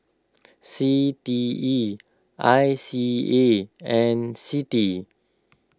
C T E I C A and Citi